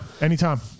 Anytime